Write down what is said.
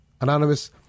Anonymous